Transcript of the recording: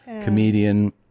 comedian